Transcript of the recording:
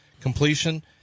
completion